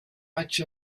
much